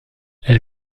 elle